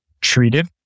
treated